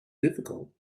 difficult